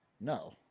No